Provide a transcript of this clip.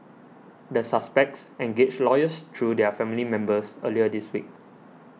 the suspects engaged lawyers through their family members earlier this week